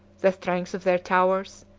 the strength of their towers,